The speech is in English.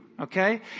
Okay